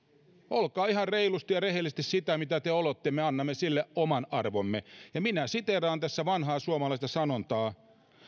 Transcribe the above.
olkaa ihan reilusti ja rehellisesti sitä mitä te olette me annamme sille oman arvomme ja minä siteeraan tässä vanhaa suomalaista sanontaa